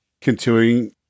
continuing